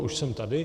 Už jsem tady.